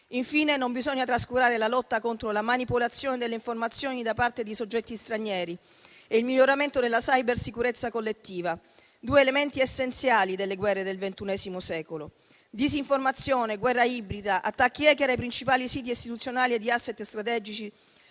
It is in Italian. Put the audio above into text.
Infine, non bisogna trascurare la lotta contro la manipolazione delle informazioni da parte di soggetti stranieri e il miglioramento della cybersicurezza collettiva, due elementi essenziali delle guerre del ventunesimo secolo. Disinformazione, guerra ibrida, attacchi *hacker* ai principali siti istituzionali e di *asset* strategici